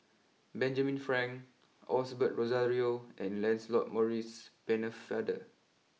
Benjamin Frank Osbert Rozario and Lancelot Maurice Pennefather